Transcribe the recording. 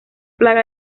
plaga